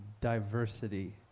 diversity